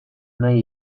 nahi